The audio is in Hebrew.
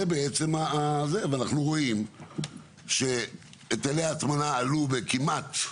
ואנחנו רואים שהיטלי הטמנה עלו בכמעט,